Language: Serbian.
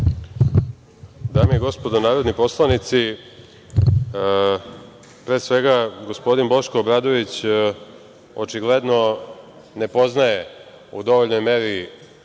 Dame i gospodo narodni poslanici, pre svega, gospodin Boško Obradović očigledno ne poznaje u dovoljnoj meri